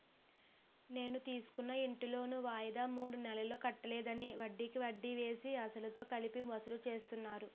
నేను తీసుకున్న ఇంటి లోను వాయిదా మూడు నెలలు కట్టలేదని, వడ్డికి వడ్డీ వేసి, అసలుతో కలిపి వసూలు చేస్తున్నారు